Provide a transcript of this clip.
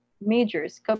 majors